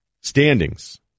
standings